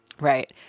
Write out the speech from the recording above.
Right